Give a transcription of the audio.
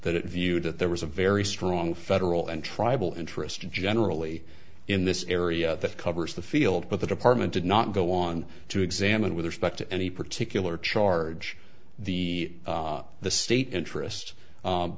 it viewed that there was a very strong federal and tribal interest generally in this area that covers the field but the department did not go on to examine with respect to any particular charge the the state interest